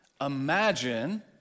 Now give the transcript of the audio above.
imagine